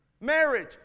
Marriage